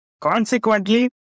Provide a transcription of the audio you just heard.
consequently